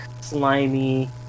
slimy